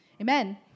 Amen